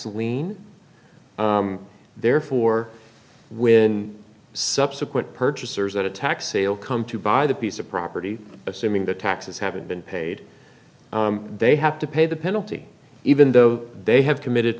lien therefore when subsequent purchasers that attack sale come to buy the piece of property assuming the taxes haven't been paid they have to pay the penalty even though they have committed